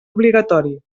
obligatori